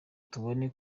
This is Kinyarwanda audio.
tubone